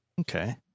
Okay